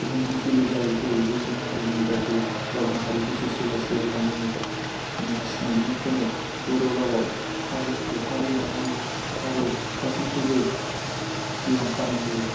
सुबुंजों जुलि जायै जायै गुबुन हारिनि रावखौ राव माहारि गोसो सोलाय सोलाय लानो हमगासिनि बेनिखायनो बर' रावाव हारिखौ हारि माहारि आरो गासैखौबो लांफानांगौ